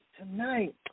tonight